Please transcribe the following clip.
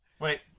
Wait